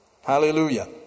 Hallelujah